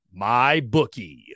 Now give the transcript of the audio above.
MyBookie